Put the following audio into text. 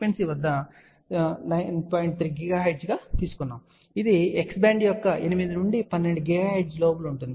3 GHz గా తీసుకున్నాము ఇది x బ్యాండ్ యొక్క 8 నుండి 12 GHz లోపల ఉంటుంది